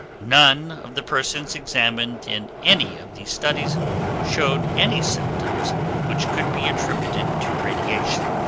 none of the persons examined in any of these studies showed any symptoms which could be attributed to radiation,